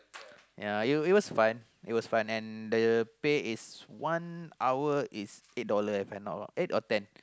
ya it was it was fun it was fun and the pay is one hour is eight dollar if I'm not wrong eight or ten